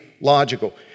logical